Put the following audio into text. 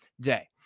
day